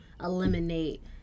eliminate